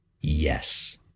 Yes